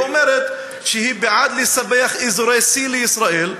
היא אומרת שהיא בעד לספח אזורי C לישראל,